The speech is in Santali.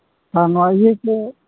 ᱟᱨ ᱱᱚᱣᱟ ᱤᱭᱟᱹ ᱠᱚ